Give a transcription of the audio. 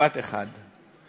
משפט אחד,